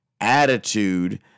attitude